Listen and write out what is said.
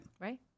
Right